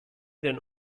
den